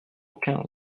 quinze